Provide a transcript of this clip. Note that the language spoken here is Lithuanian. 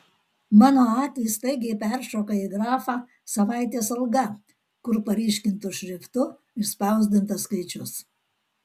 mano akys staigiai peršoka į grafą savaitės alga kur paryškintu šriftu išspausdintas skaičius